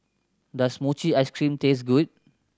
does mochi ice cream taste good